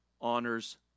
honors